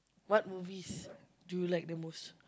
what movies do you like the most